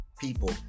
people